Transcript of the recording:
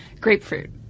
grapefruit